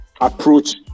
approach